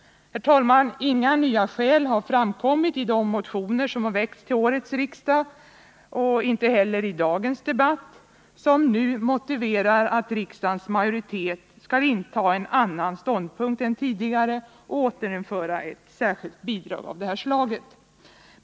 Herr talman! Inga nya fakta har framkommit i de motioner som väckts till årets riksmöte — och inte heller i dagens debatt — som kan motivera en majoritet i riksdagen att ta en annan ståndpunkt och föreslå ett återinförande av ett bidrag av det här slaget.